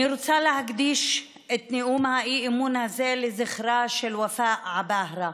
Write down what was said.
אני רוצה להקדיש את נאום האי-אמון הזה לזכרה של ופאא עבאהרה,